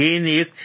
gain 1 છે